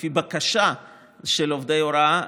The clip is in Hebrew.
לפי בקשה של עובדי הוראה,